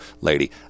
lady